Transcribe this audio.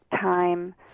time